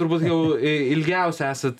turbūt jau ilgiausia esat